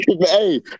Hey